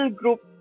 group